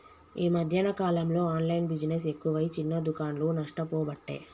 ఈ మధ్యన కాలంలో ఆన్లైన్ బిజినెస్ ఎక్కువై చిన్న దుకాండ్లు నష్టపోబట్టే